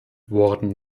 worden